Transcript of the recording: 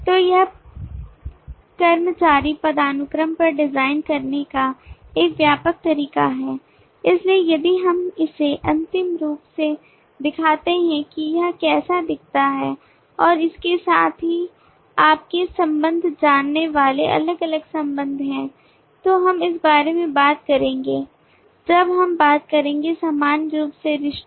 तो यह कर्मचारी पदानुक्रम पर डिजाइन करने का एक व्यापक तरीका है इसलिए यदि हम इसे अंतिम रूप में दिखाते हैं कि यह कैसा दिखता है और इसके साथ ही आपके संबंध जानने वाले अलग अलग संबंध हैं तो हम इस बारे में बात करेंगे जब हम बात करेंगे सामान्य रूप से रिश्ते